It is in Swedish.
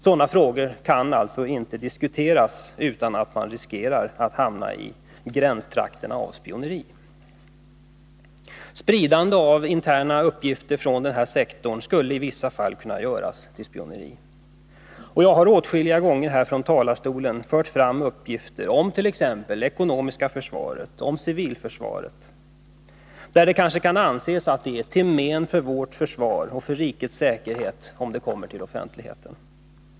Sådana frågor kan alltså inte diskuteras utan att man riskerar att hamna i gränstrakterna av spioneri. Spridande av interna uppgifter från denna sektor skulle i vissa fall kunna göras till spioneri. Jag har åtskilliga gånger här från talarstolen fört fram uppgifter om t.ex. det ekonomiska försvaret och civilförsvaret, där det kanske kan anses att det är till men för vårt försvar och för rikets säkerhet om uppgifterna kommer till offentligheten.